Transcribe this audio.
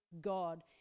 god